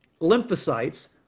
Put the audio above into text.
lymphocytes